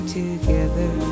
together